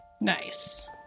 nice